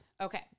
Okay